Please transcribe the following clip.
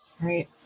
Right